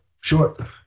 sure